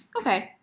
Okay